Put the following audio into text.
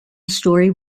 story